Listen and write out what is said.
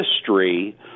history